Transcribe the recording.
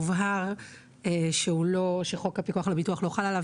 מובהר שחוק הפיקוח על הביטוח לא חל על השב"ן,